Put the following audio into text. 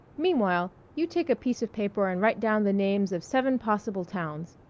meanwhile you take a piece of paper and write down the names of seven possible towns.